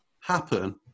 happen